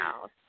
house